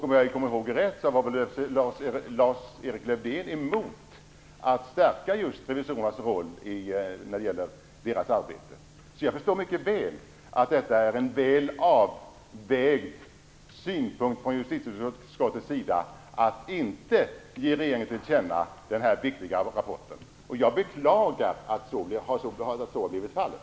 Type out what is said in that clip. Om jag kommer ihåg rätt var Lars-Erik Lövdén emot att stärka revisorerna i deras arbete. Jag förstår mycket väl att det är en väl avvägd synpunkt från justitieutskottets sida att inte ge regeringen den här viktiga rapporten till känna. Jag beklagar att så har blivit fallet.